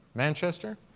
manchester?